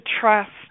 trust